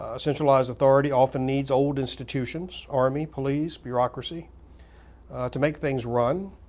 ah centralized authority often needs old institutions army, police, bureaucracy to make things run.